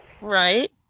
right